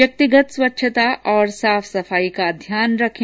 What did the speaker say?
व्यक्तिगत स्वच्छता और साफ सफाई का ध्यान रखें